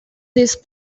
these